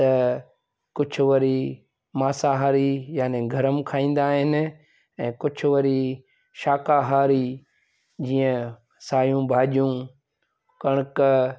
त कुछ वरी मांसाहारी यानी गरम खाईंदा आहिनि ऐं कुझु वरी शाकाहारी जीअं सायूं भाॼियूं कणिक